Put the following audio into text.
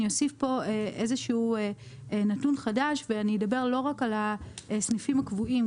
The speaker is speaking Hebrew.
אני אוסיף פה איזשהו נתון חדש ואני אדבר לא רק על הסניפים הקבועים,